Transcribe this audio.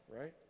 right